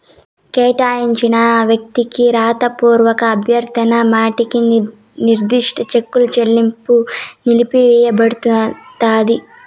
కేటాయించిన వ్యక్తికి రాతపూర్వక అభ్యర్థన మట్టికి నిర్దిష్ట చెక్కుల చెల్లింపు నిలిపివేయబడతాంది